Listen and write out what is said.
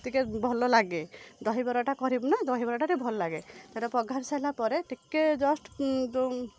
ଟିକେ ଭଲ ଲାଗେ ଦହିବରାଟା କରିବୁନା ଦହିବରାଟା ଟିକେ ଭଲ ଲାଗେ ସେଇଟା ପଘାରି ସାରିଲା ପରେ ଟିକେ ଜଷ୍ଟ ଯେଉଁ